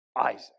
Isaac